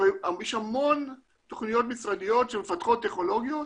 יש המון תכניות משרדיות שמפתחות טכנולוגיות,